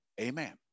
Amen